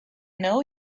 know